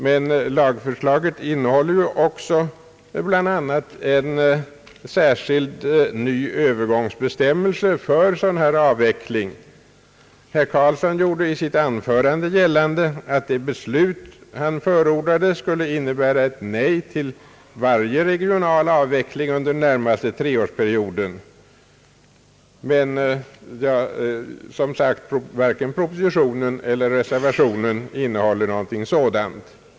Men lagförslaget innehåller också bl.a. en särskild ny Öövergångsbestämmelse för en avveckling av detta slag. Herr Karlsson gjorde i sitt anförande gällande, att det beslut han förordade skulle innebära ett nej till varje regional avveckling under den närmaste treårsperioden, men som sagt, varken propositionen eller reservationen innehåller något sådant.